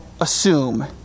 assume